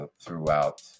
throughout